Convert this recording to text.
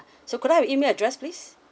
so could I have your email address please